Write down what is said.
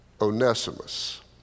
Onesimus